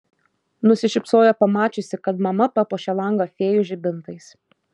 nusišypsojo pamačiusi kad mama papuošė langą fėjų žibintais